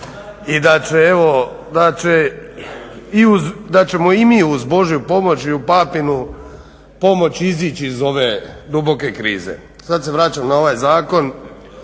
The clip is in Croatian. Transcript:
da ćemo i mi uz božju pomoć i u papinu pomoć izići iz ove duboke krize. Sad se vraćam na ovaj zakon.